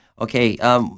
okay –